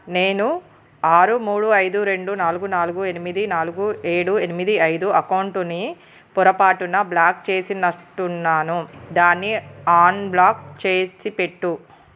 నేను ఆరు మూడు ఐదు రెండు నాలుగు నాలుగు ఎనిమిది నాలుగు ఏడు ఎనిమిది ఐదు అకౌంటుని పొరపాటున బ్లాక్ చేసినట్టున్నాను దాన్ని ఆన్బ్లాక్ చేసిపెట్టు